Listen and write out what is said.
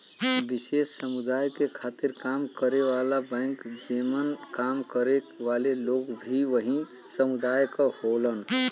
विशेष समुदाय के खातिर काम करे वाला बैंक जेमन काम करे वाले लोग भी वही समुदाय क होलन